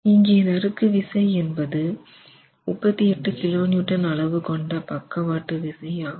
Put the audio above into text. இங்கே நறுக்கு விசை என்பது 38kN அளவுகொண்ட பக்கவாட்டு விசை ஆகும்